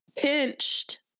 pinched